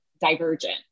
divergent